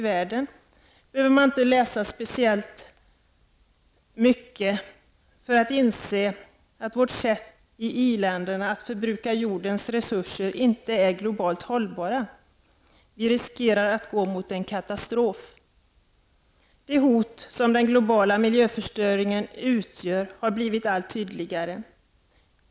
Man behöver inte läsa speciellt mycket i World Watch Institutes bok Tillståndet i världen för att inse att i-ländernas sätt att bruka jordens resurser inte är globalt hållbart. Vi riskerar att gå mot en katastrof. De hot som den globala miljöförstöringen utgör har blivit allt tydligare.